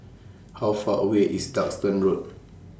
How Far away IS Duxton Road